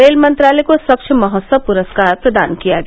rail मंत्रालय को स्वच्छ महोत्सव पुरस्कार प्रदान किया गया